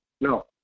No